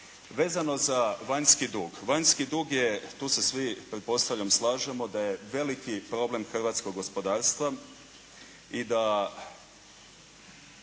Vezano za vanjski dug. Vanjski dug, tu se svi pretpostavljam slažemo, da je veliki problem hrvatskog gospodarstva i da